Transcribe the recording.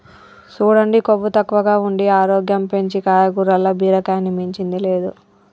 సూడండి కొవ్వు తక్కువగా ఉండి ఆరోగ్యం పెంచీ కాయగూరల్ల బీరకాయని మించింది లేదు